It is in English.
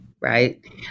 right